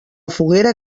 foguera